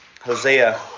Hosea